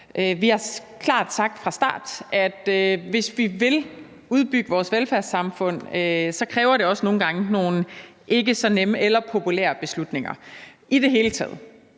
Vi har klart sagt fra starten, at hvis vi vil udbygge vores velfærdssamfund, så kræver det også nogle gange nogle ikke så nemme eller populære beslutninger i det hele taget.